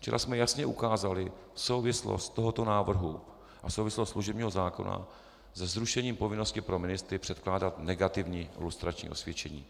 Včera jsme jasně ukázali souvislost tohoto návrhu a souvislost služebního zákona se zrušením povinnosti pro ministry předkládat negativní lustrační osvědčení.